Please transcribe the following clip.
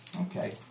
okay